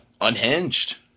Unhinged